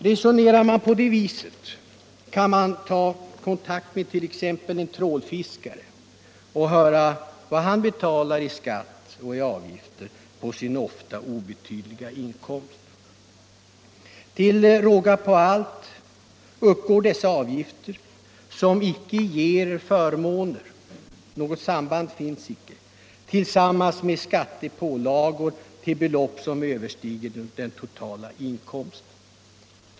Resonerar man på det viset, kan man ta kontakt med t.ex. en trålfiskare och höra vad han betalar i skatt och avgifter på sin ofta obetydliga inkomst. Till råga på allt uppgår dessa avgifter — som icke ger förmåner; något samband finns icke — tillsammans med skattepålagor till belopp som överstiger den totala inkomsten.